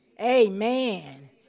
Amen